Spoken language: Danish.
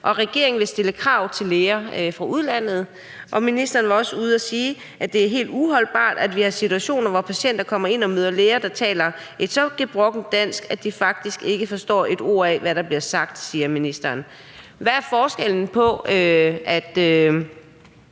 regeringen vil stille krav til læger fra udlandet. Og ministeren var også ude at sige, at det er helt uholdbart, at vi har situationer, hvor patienter kommer ind og møder læger, der taler et så gebrokkent dansk, at de faktisk ikke forstår et ord af, hvad der bliver sagt; det siger ministeren. Hvad er forskellen her?